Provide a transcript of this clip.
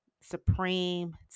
Supreme